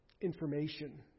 information